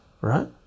right